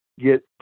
get